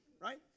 right